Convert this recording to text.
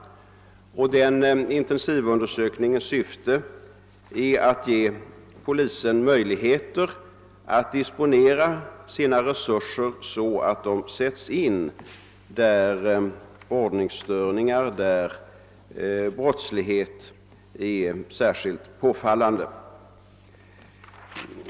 Den intensivundersökningens syfte är att ge polisen möjligheter att disponera sina resurser så att de sätts in där ord ningsstörningarna och brottsligheten är särskilt påfallande.